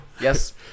yes